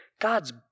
god's